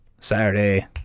Saturday